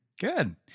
Good